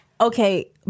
Okay